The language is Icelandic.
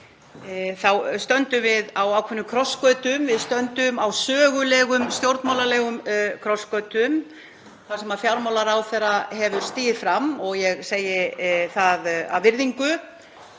við stöndum á ákveðnum krossgötum. Við stöndum á sögulegum stjórnmálalegum krossgötum þar sem fjármálaráðherra hefur stigið fram — og ég segi það af virðingu.